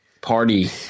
party